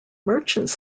merchants